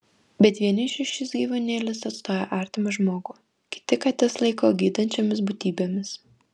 bet vienišiui šis gyvūnėlis atstoja artimą žmogų kiti kates laiko gydančiomis būtybėmis